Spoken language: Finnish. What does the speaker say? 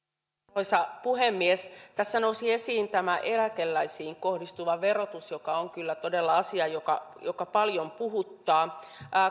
arvoisa puhemies tässä nousi esiin tämä eläkeläisiin kohdistuva verotus joka on kyllä todella asia joka paljon puhuttaa